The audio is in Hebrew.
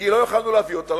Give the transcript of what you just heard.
כי לא יכולנו להביא אותה,